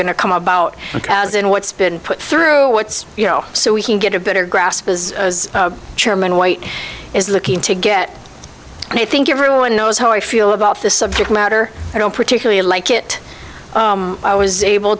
going to come about in what's been put through what's you know so we can get a better grasp as chairman white is looking to get and i think everyone knows how i feel about the subject matter i don't particularly like it i was able